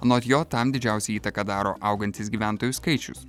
anot jo tam didžiausią įtaką daro augantis gyventojų skaičius